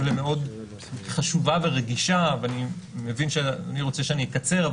למאוד חשובה ורגישה ואני מבין שאדוני רוצה שאני אקצר,